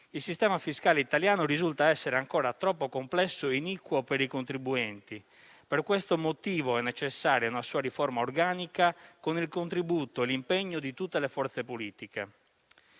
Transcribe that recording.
Il sistema fiscale italiano risulta essere ancora troppo complesso e iniquo per i contribuenti. Per questo motivo è necessaria una sua riforma organica con il contributo e l'impegno di tutte le forze politiche.